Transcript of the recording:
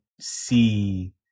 see